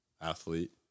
athlete